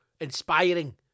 Inspiring